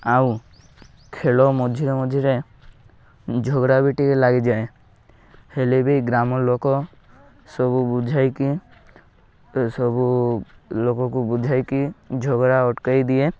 ଆଉ ଖେଳ ମଝିରେ ମଝିରେ ଝଗଡ଼ା ବି ଟିକେ ଲାଗିଯାଏ ହେଲେ ବି ଗ୍ରାମ ଲୋକ ସବୁ ବୁଝାଇକି ସବୁ ଲୋକକୁ ବୁଝାଇକି ଝଗଡ଼ା ଅଟକାଇ ଦିଏ